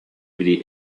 dvd